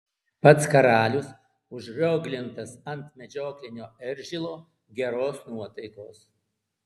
pats karalius užrioglintas ant medžioklinio eržilo geros nuotaikos